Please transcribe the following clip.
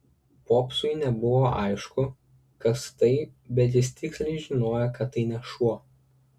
popsui nebuvo aišku kas tai bet jis tiksliai žinojo kad tai ne šuo